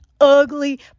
ugly